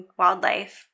wildlife